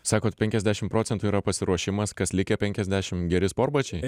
sakot penkiasdešimt procentų yra pasiruošimas kas likę penkiasdešimt geri sportbačiai